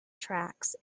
tracts